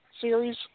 series